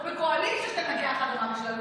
או בקואליציה שתנגח עד המוות שלה.